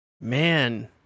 Man